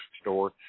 store